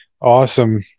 awesome